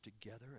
together